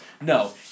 No